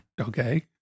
Okay